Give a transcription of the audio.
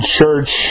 church